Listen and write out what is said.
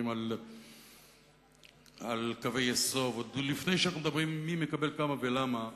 על קווי יסוד ולפני שאנחנו מדברים מי מקבל כמה ולמה,